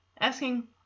asking